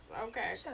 Okay